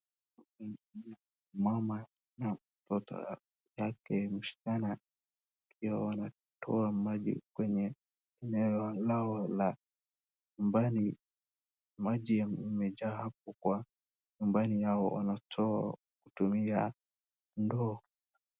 Mama na mtoto yake msichana wakiwa wanatoa maji kwenye eneo lao la nyumbani. Maji yamejaa hapo kwa nyumbani yao wanatoa kutumia ndoo.